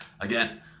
Again